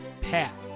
Pat